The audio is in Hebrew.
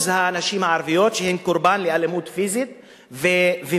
הנשים הערביות שהן קורבן לאלימות פיזית ומינית,